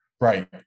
right